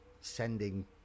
sending